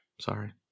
sorry